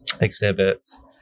exhibits